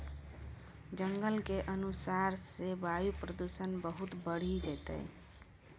जंगल के नुकसान सॅ वायु प्रदूषण बहुत बढ़ी जैतै